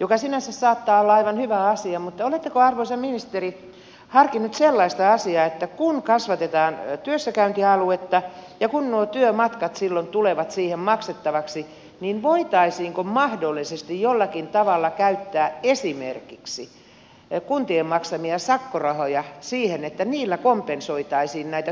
mikä saattaa sinänsä olla aivan hyvä asia niin oletteko arvoisa ministeri harkinnut sellaista asiaa että kun kasvatetaan työssäkäyntialuetta ja kun nuo työmatkat silloin tulevat siihen maksettavaksi niin voitaisiinko mahdollisesti jollakin tavalla käyttää esimerkiksi kuntien maksamia sakkorahoja siihen että niillä kompensoitaisiin näitä työmatkoja